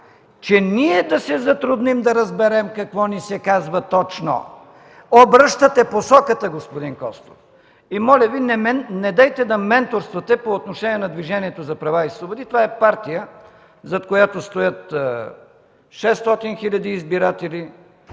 че ние да се затрудним да разберем какво ни се казва точно. Обръщате посоката, господин Костов, и моля Ви недейте да менторствате по отношение на Движението за права и свободи. Това е партия, зад която стоят 600 хил. избиратели.